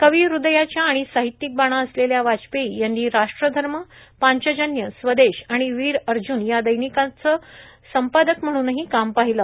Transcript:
कवी हृदयाच्या आणि साहित्यिक बाणा असलेल्या वाजपेयी यांनी राष्ट्रधर्म पांचजन्य स्वदेश आणि वीर अर्ज्ञन या दैनिकांचं संपादक म्हणूनही त्यांनी काम पाहिलं